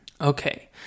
Okay